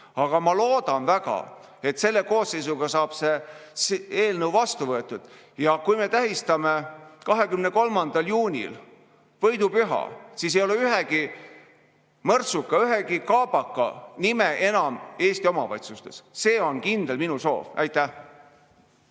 Aga ma loodan väga, et selle koosseisuga saab see eelnõu vastu võetud, ja kui me tähistame 23. juunil võidupüha, siis ei ole ühegi mõrtsuka, ühegi kaabaka nime enam Eesti omavalitsustes. See on minu kindel soov. Aitäh!